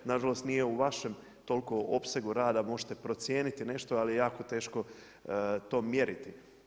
Nažalost nije u vašem toliko opsegu rada, možete procijeniti nešto, ali je jako teško to mjeriti.